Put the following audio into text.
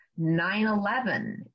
9-11